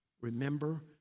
Remember